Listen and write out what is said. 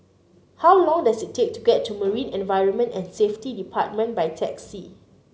how long does it take to get to Marine Environment and Safety Department by taxi